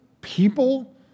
people